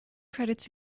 credits